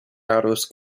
aros